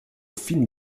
fine